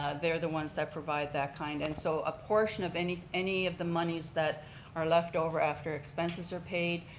ah they're the ones that provide that kind. and so a portion of any any of the monies that are left over after expenses are paid,